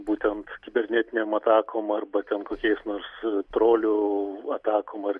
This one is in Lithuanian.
būtent kibernetinėm atakom arba ten kokiais nors trolių atakom ar